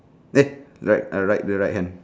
eh right right uh right the right hand